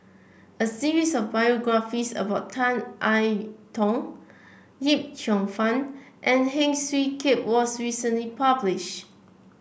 a series of biographies about Tan I Tong Yip Cheong Fun and Heng Swee Keat was recently published